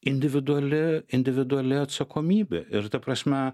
individuali individuali atsakomybė ir ta prasme